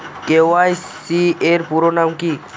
KYC এর পুরোনাম কী?